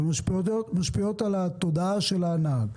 הן משפיעות על התודעה של ההנעה.